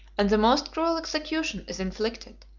and the most cruel execution is inflicted,